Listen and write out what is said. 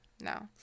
no